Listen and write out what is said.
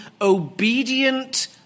obedient